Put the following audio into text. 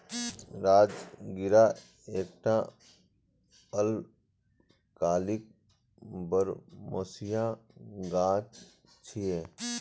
राजगिरा एकटा अल्पकालिक बरमसिया गाछ छियै